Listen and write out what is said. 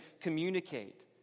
communicate